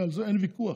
על זה אין ויכוח